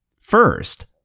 First